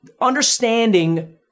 understanding